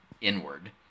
inward